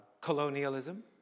colonialism